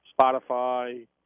Spotify